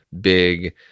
big